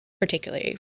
particularly